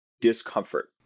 discomfort